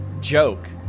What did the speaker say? joke